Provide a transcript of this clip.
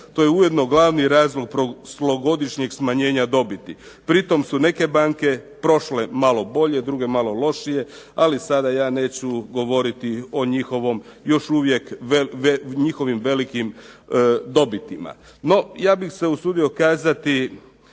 To je ujedno glavni razlog prošlogodišnjeg smanjenja dobiti. Pri tom su neke banke prošle malo bolje, druge malo lošije, ali sada ja neću govoriti o njihovom još uvijek, njihovim velikim dobitima. No, ja bih se usudio kazati